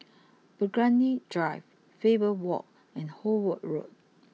Burgundy Drive Faber walk and Howard Road